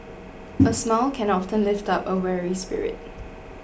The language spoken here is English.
a smile can often lift up a weary spirit